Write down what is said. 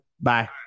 Bye